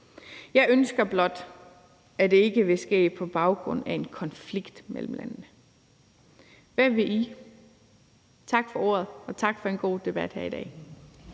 Jeg ønsker blot, at det ikke vil ske på baggrund af en konflikt imellem landene. Hvad vil I? Tak for ordet, og tak for en god debat her i dag.